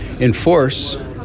enforce